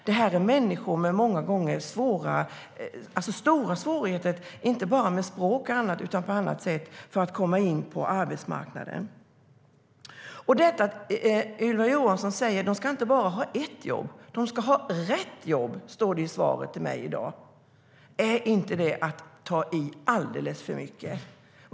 Det är människor med många gånger stora svårigheter, inte bara med språket utan också på annat sätt, som ska komma in på arbetsmarknaden. Ylva Johansson säger att de inte bara ska ha ett jobb, utan de ska ha rätt jobb. Så sägs i svaret till mig i dag. Är inte det att ta i alldeles för mycket?